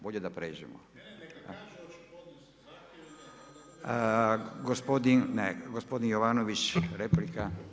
Bolje da prijeđemo. … [[Upadica Šuker, ne čuje se.]] Gospodin Jovanović, replika.